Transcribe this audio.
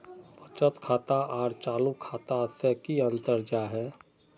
बचत खाता आर चालू खाता से की अंतर जाहा?